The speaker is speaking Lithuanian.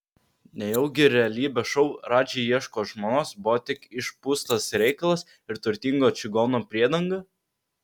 nejaugi realybės šou radži ieško žmonos buvo tik išpūstas reikalas ir turtingo čigono priedanga